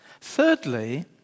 Thirdly